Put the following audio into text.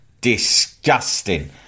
disgusting